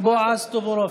בועז טופורובסקי,